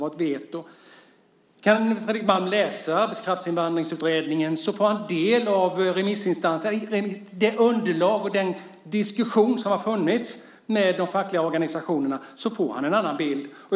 Om Fredrik Malm läser utredningen om arbetskraftsinvandring får han del av det underlag och den diskussion som har funnits med de fackliga organisationerna. Då får han en annan bild.